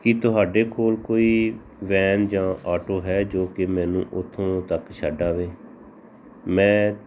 ਕੀ ਤੁਹਾਡੇ ਕੋਲ ਕੋਈ ਵੈਨ ਜਾਂ ਆਟੋ ਹੈ ਜੋ ਕਿ ਮੈਨੂੰ ਉਥੋਂ ਤੱਕ ਛੱਡ ਆਵੇ ਮੈਂ